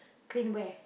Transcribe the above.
clean where